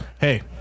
Hey